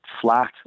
flat